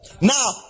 now